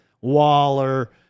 Waller